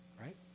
right